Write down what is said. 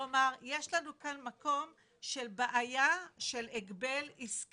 כלומר, יש לנו כאן מקום של בעיה, של הגבל עסקי,